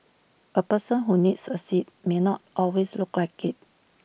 A person who needs A seat may not always look like IT